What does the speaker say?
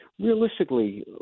realistically